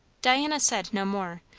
diana said no more,